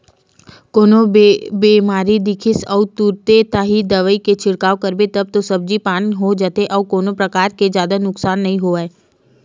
कोनो बेमारी दिखिस अउ तुरते ताही दवई के छिड़काव करेस तब तो सब्जी पान हो जाथे अउ कोनो परकार के जादा नुकसान नइ होवय